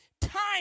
Time